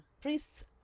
Priests